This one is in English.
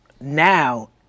now